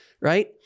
right